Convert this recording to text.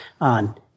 on